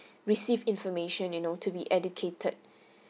receive information you know to be educated